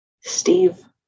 steve